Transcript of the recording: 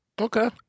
Okay